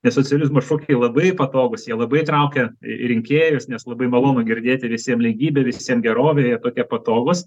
nes socializmo šokiai labai patogūs jie labai traukia rinkėjus nes labai malonu girdėti visiem lygybė visiem gerovė jie tokie patogūs